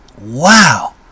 Wow